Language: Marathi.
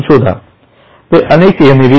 म्हणून शोधा ते अनेक एन